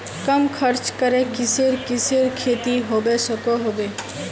कम खर्च करे किसेर किसेर खेती होबे सकोहो होबे?